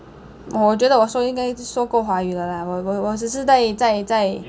我觉得我说应该说够华语了啦我只是在在在